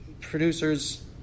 producers